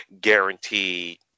guaranteed